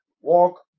Walk